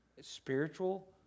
spiritual